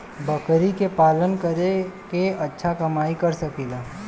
बकरी के पालन करके अच्छा कमाई कर सकीं ला?